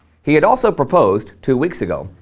he had also proposed, two weeks ago,